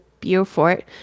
Beaufort